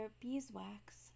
beeswax